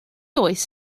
oes